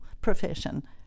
profession